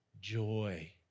joy